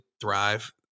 thrive